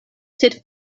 sed